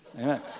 Amen